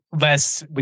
Less